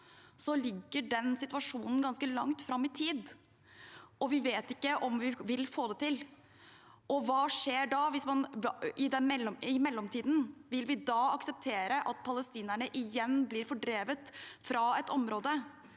nå, ligger den situasjonen ganske langt fram i tid, og vi vet ikke om vi vil få det til. Hva skjer da i mellomtiden? Vil vi akseptere at palestinerne igjen blir fordrevet fra et område?